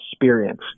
experience